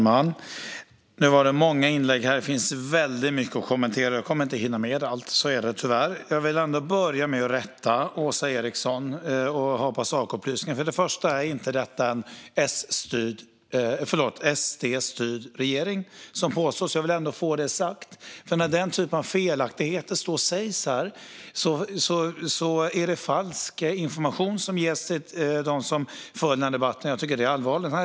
Fru talman! Det var många inlägg, och jag kommer tyvärr inte att hinna kommentera allt. Låt mig dock börja med att rätta Åsa Eriksson. Regeringen är inte SDstyrd. Jag vill få detta sagt eftersom ett sådant påstående ger falsk information till dem som följer debatten, vilket är allvarligt.